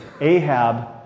Ahab